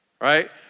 Right